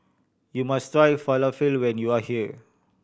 you must try Falafel when you are here